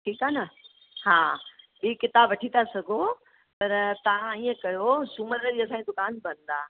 ठीकु आहे न हा ॿीं किताबु वठी था सघो पर तव्हां इअं कयो सूमर जी असांजी दुकानु बंदि आहे